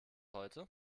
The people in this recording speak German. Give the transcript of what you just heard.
heute